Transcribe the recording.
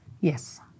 Yes